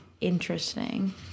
interesting